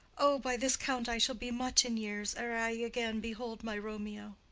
o, by this count i shall be much in years ere i again behold my romeo!